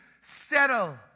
settle